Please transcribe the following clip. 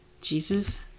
Jesus